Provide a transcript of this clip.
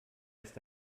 ist